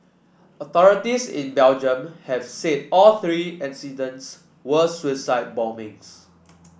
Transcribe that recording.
authorities in Belgium have said all three incidents were suicide bombings